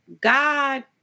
God